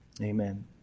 Amen